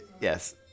yes